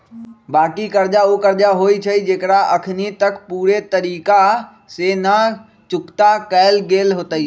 बाँकी कर्जा उ कर्जा होइ छइ जेकरा अखनी तक पूरे तरिका से न चुक्ता कएल गेल होइत